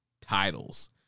titles